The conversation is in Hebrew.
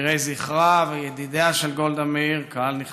מוקירי זכרה וידידיה של גולדה מאיר, קהל נכבד.